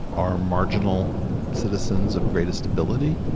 our marginal citizens of greatest ability,